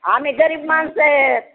आम्ही गरीब माणसं आहेत